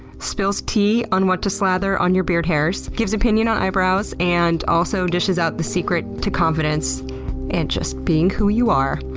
spills tea on what to slather on your beard hairs, gives opinion on eyebrows, and also dishes out the secret to confidence and just being who you are.